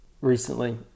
recently